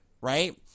right